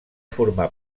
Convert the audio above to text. formar